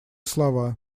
слова